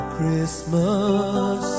Christmas